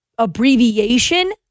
abbreviation